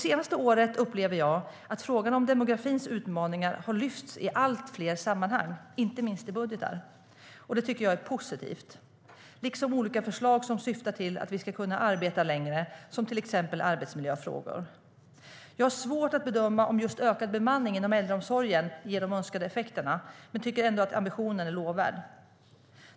Jag upplever att frågan om demografins utmaningar har lyfts upp i allt fler sammanhang, inte minst i budgeten. Det tycker jag är positivt. Det gäller även olika förslag som syftar till att vi ska kunna arbeta längre, till exempel arbetsmiljöfrågor. Jag har svårt att bedöma om just ökad bemanning inom äldreomsorgen ger de önskade effekterna men tycker ändå att ambitionen är lovvärd.